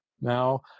now